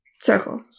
Circle